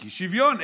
שוויון.